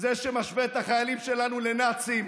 זה שמשווה את החיילים שלנו לנאצים.